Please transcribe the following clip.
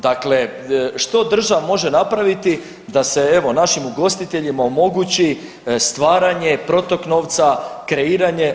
Dakle što država može napraviti da se evo našim ugostiteljima omogući stvaranje protok novca, kreiranje?